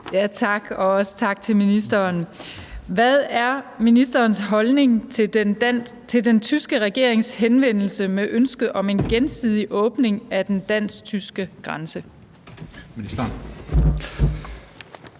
Tak, og også tak til ministeren. Hvad er ministerens holdning til den tyske regerings henvendelse med ønske om en gensidig åbning af den dansk-tyske grænse?